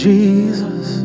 Jesus